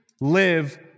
live